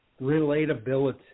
relatability